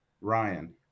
Ryan